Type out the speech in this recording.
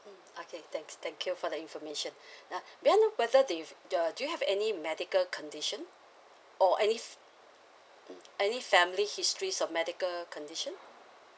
mm okay thanks thank you for the information now may I know whether do you've uh do you have any medical condition or any mm any family history of medical condition